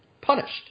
punished